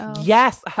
Yes